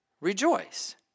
rejoice